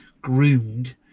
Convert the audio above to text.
groomed